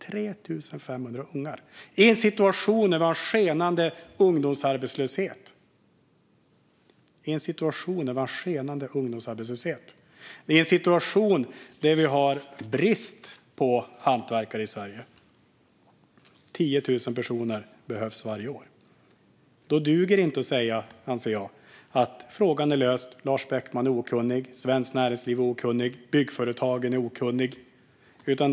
I en situation där vi har en skenande ungdomsarbetslöshet och där vi har brist på hantverkare i Sverige - 10 000 personer behövs varje år - duger det inte, anser jag, att säga att frågan är löst, att Lars Beckman är okunnig och att Svenskt Näringsliv och Byggföretagen är okunniga.